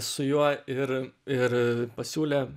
su juo ir ir pasiūlė